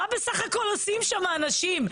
מה עושים שם אנשים?